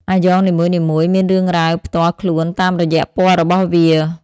អាយ៉ងនីមួយៗមានរឿងរ៉ាវផ្ទាល់ខ្លួនតាមរយៈពណ៌របស់វា។